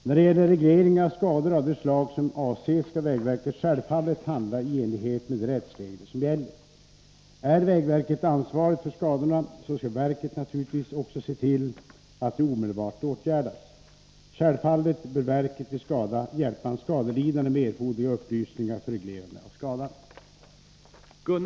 När det gäller regleringen av skador av det slag som avses skall vägverket självfallet handla i enlighet med de rättsregler som gäller. Är vägverket ansvarigt för skadorna så skall verket naturligtvis också se till att de omedelbart åtgärdas. Självfallet bör verket vid skada hjälpa en skadelidande med erforderliga upplysningar för reglerande av skadan.